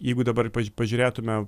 jeigu dabar pažiūrėtume